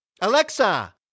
Alexa